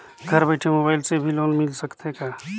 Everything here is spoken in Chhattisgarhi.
घर बइठे मोबाईल से भी लोन मिल सकथे का?